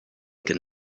can